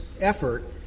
effort